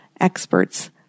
experts